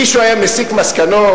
מישהו היה מסיק מסקנות?